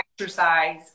exercise